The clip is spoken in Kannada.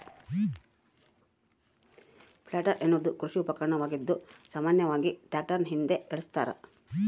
ಪ್ಲಾಂಟರ್ ಎನ್ನುವುದು ಕೃಷಿ ಉಪಕರಣವಾಗಿದ್ದು ಸಾಮಾನ್ಯವಾಗಿ ಟ್ರಾಕ್ಟರ್ನ ಹಿಂದೆ ಏಳಸ್ತರ